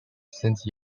since